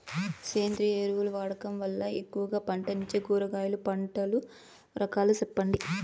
సేంద్రియ ఎరువులు వాడడం వల్ల ఎక్కువగా పంటనిచ్చే కూరగాయల పంటల రకాలు సెప్పండి?